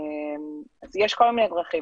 יש כל מיני דרכים